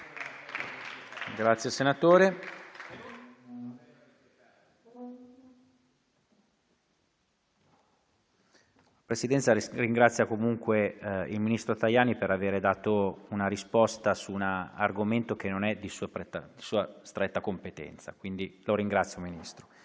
finestra"). La Presidenza ringrazia comunque il ministro Tajani per avere dato una risposta su un argomento che non è di sua stretta competenza. Grazie, signor Ministro.